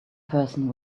person